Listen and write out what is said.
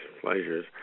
pleasures